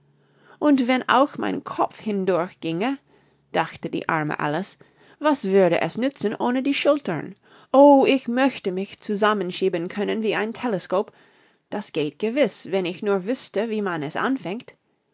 und wenn auch mein kopf hindurch ginge dachte die arme alice was würde es nützen ohne die schultern o ich möchte mich zusammenschieben können wie ein teleskop das geht gewiß wenn ich nur wüßte wie man es anfängt